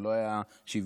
ולא היו שוויון,